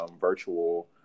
virtual